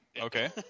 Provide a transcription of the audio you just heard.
okay